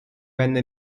venne